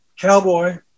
Cowboy